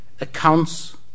accounts